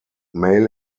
male